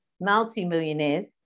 multi-millionaires